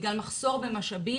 בגלל מחסור במשאבים,